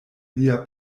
lia